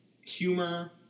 humor